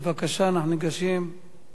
אנחנו ניגשים להצבעה.